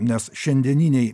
nes šiandieniniai